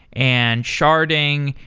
and sharding,